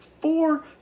Four